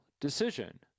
decision